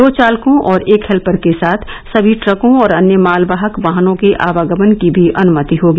दो चालकों और एक हेल्पर के साथ सभी ट्रकों और अन्य मालवाहक वाहनों के आवगमन की भी अनुमति होगी